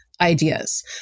ideas